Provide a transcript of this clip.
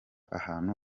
ahantu